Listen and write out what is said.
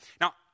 Now